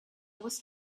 was